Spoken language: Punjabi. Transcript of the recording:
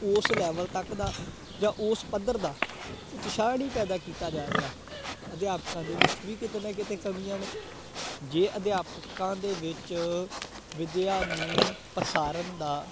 ਉਸ ਲੈਵਲ ਤੱਕ ਦਾ ਜਾਂ ਉਸ ਪੱਧਰ ਦਾ ਉਤਸ਼ਾਹ ਨਹੀਂ ਪੈਦਾ ਕੀਤਾ ਜਾ ਰਿਹਾ ਅਧਿਆਪਕਾਂ ਦੇ ਵਿੱਚ ਵੀ ਕਿਤੇ ਨਾ ਕਿਤੇ ਕਮੀਆਂ ਨੇ ਜੇ ਅਧਿਆਪਕਾਂ ਦੇ ਵਿੱਚ ਵਿੱਦਿਆ ਨੂੰ ਪ੍ਰਸਾਰਨ ਦਾ